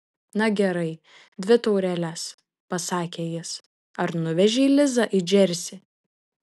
na gerai dvi taureles pasakė jis ar nuvežei lizą į džersį